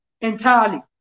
entirely